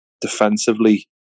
defensively